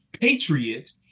patriot